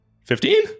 Fifteen